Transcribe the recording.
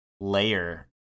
layer